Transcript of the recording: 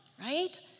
right